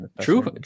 True